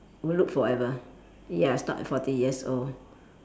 would look forever ya start forty years old